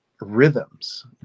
rhythms